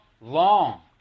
long